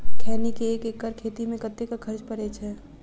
खैनी केँ एक एकड़ खेती मे कतेक खर्च परै छैय?